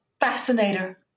fascinator